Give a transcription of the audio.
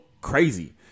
crazy